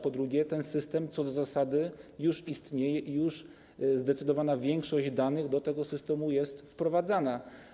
Po drugie, ten system, co do zasady, już istnieje i zdecydowana większość danych do tego systemu jest wprowadzana.